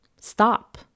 stop